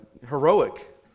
heroic